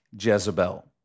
Jezebel